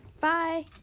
Bye